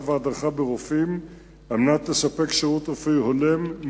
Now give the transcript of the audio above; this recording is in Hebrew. וההדרכה ברופאים על מנת לספק שירות רפואי הולם,